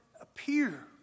appear